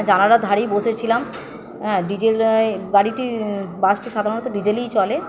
জানালার ধারেই বসেছিলাম ডিজেলরা গাড়িটি বাসটি সাধারণত ডিজেলেই চলে